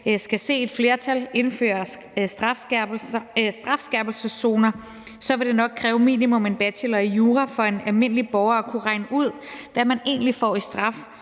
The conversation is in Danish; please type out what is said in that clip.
skal se et flertal indføre strafskærpelseszoner, vil det nok kræve minimum en bachelor i jura for en almindelig borger at kunne regne ud, hvad man egentlig får i straf